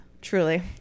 truly